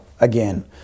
again